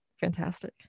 fantastic